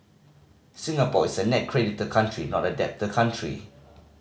Singapore is a net creditor country not a debtor country